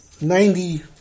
ninety